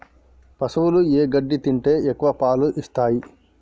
పశువులు ఏ గడ్డి తింటే ఎక్కువ పాలు ఇస్తాయి?